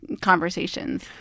conversations